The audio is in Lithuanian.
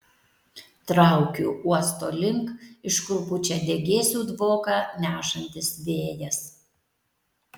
traukiu uosto link iš kur pučia degėsių dvoką nešantis vėjas